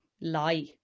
lie